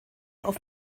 auf